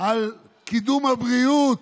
על קידום הבריאות,